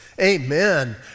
amen